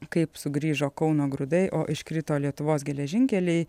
kaip sugrįžo kauno grūdai o iškrito lietuvos geležinkeliai